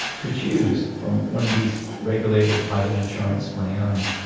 could choose from one of these regulated private insurance plans,